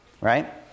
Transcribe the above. right